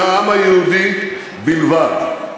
ושל העם היהודי בלבד.